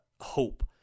hope